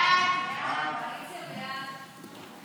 היו"ר מנסור עבאס: תודה, כבוד השר גדעון סער.